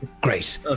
Great